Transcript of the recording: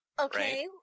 Okay